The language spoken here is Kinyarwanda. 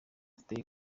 today